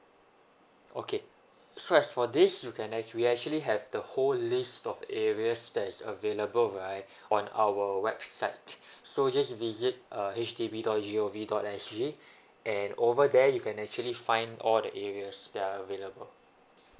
okay so as for this you can actually we actually have the whole list of areas that is available right on our website so just visit uh H D B dot g o v dot s g and over there you can actually find all the areas that are available